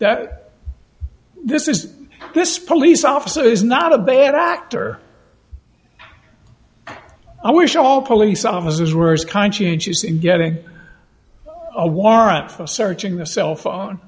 that this is this police officer is not a bad actor i wish all police officers were as conscientious in getting a warrant for searching the cell phone